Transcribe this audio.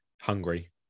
hungry